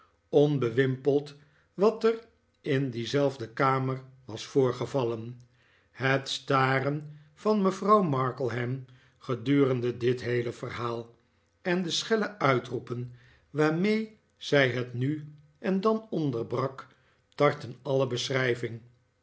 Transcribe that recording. onbewimpeld wat er in diezelfde kamer was voorgevallen het staren van mevrouw markleham gedurende dit heele verhaal en de schelle uitroepen waarmee zij het nu en dan onderbrak tarten alle beschrijving